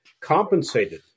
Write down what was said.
compensated